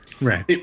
Right